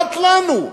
רק לנו.